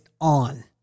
on